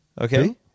Okay